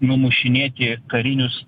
numušinėti karinius